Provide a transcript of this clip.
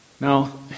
Now